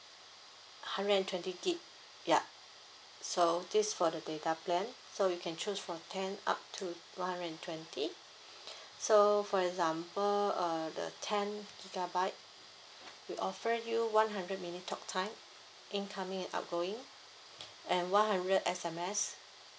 hundred and twenty gig ya so this for the data plan so you can choose from ten up to one hundred and twenty so for example uh the ten gigabyte we offer you one hundred minute talk time incoming and outgoing and one hundred S_M_S